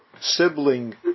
sibling